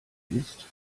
ist